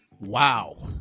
Wow